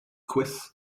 quiz